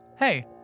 Hey